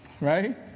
right